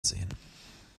sehen